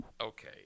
Okay